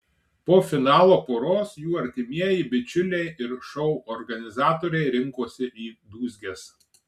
po finalo poros jų artimieji bičiuliai ir šou organizatoriai rinkosi į dūzges